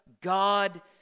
God